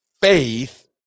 faith